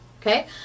Okay